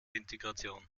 integration